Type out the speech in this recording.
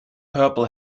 purple